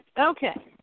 Okay